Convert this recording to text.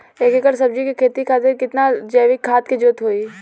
एक एकड़ सब्जी के खेती खातिर कितना जैविक खाद के जरूरत होई?